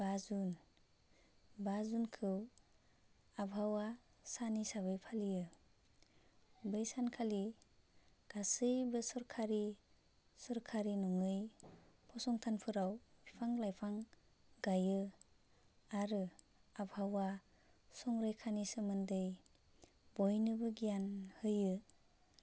बा जुन बा जुनखो आबहावा सान हिसाबै फालियो बै सानखालि गासैबो सरखारि सरखारि नङै फसंथानफोराव बिफां लाइफां गायो आरो आबहावा संरैखानि सोमोन्दै बयनोबो गियान होयो